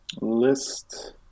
List